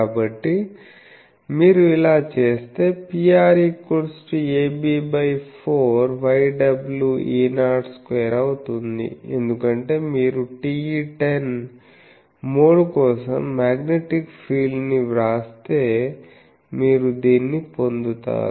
కాబట్టి మీరు ఇలా చేస్తే Pr ab4 అవుతుంది ఎందుకంటే మీరు TE 10 మోడ్ కోసం మాగ్నెటిక్ ఫీల్డ్ ని వ్రాస్తే మీరు దీన్ని పొందుతారు